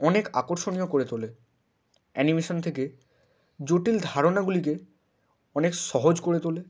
অনেক আকর্ষণীয় করে তোলে অ্যানিমেশন থেকে জটিল ধারণাগুলিকে অনেক সহজ করে তোলে